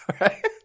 right